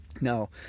Now